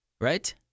right